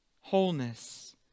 wholeness